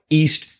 east